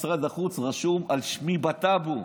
כי משרד החוץ רשום על שמי בטאבו.